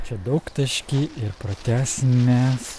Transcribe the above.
čia daugtaškį ir pratęsim mes